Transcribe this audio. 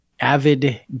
avid